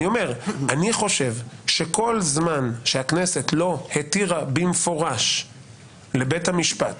אני חושב שכל זמן שהכנסת לא התירה במפורש לבית המשפט